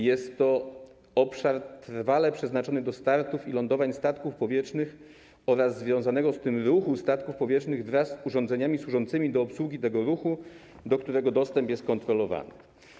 Jest to obszar trwale przeznaczony do startów i lądowań statków powietrznych oraz związanego z tym ruchu statków powietrznych, wraz z urządzeniami służącymi do obsługi tego ruchu, do którego dostęp jest kontrolowany.